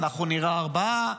אנחנו נירה ארבעה,